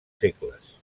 segles